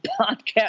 podcast